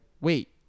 wait